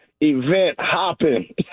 event-hopping